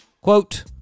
quote